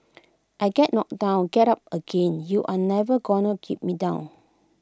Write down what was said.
I get knocked down get up again you're never gonna keep me down